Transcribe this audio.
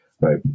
right